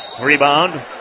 Rebound